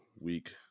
week